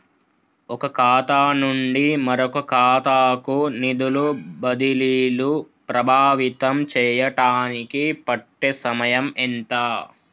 ఒక ఖాతా నుండి మరొక ఖాతా కు నిధులు బదిలీలు ప్రభావితం చేయటానికి పట్టే సమయం ఎంత?